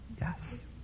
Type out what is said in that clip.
Yes